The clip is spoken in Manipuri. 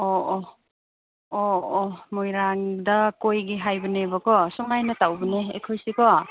ꯑꯣ ꯑꯣ ꯑꯣ ꯑꯣ ꯃꯣꯏꯔꯥꯡꯗ ꯀꯣꯏꯒꯦ ꯍꯥꯏꯕꯅꯦꯕꯀꯣ ꯁꯨꯃꯥꯏꯅ ꯇꯧꯕꯅꯤ ꯑꯩꯈꯣꯏꯁꯤꯀꯣ